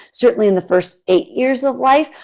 certainly in the first eight years of life.